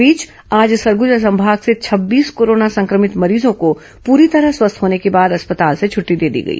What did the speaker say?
इस बीच आज सरगुजा संभाग से छब्बीस कोरोना संक्रमित मरीजों को पूरी तरह स्वस्थ होने के बाद अस्पताल से छटटी दे दी गई